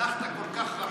הלכת כל כך רחוק.